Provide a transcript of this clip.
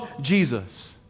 Jesus